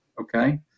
Okay